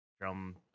drum